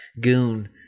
goon